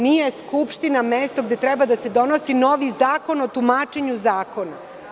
Nije Skupština mesto gde treba da se donosi novi zakon o tumačenju zakona.